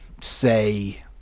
say